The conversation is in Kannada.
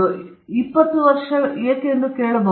ಈಗ ನೀವು ಏಕೆ 20 ವರ್ಷಗಳನ್ನು ಕೇಳಬಹುದು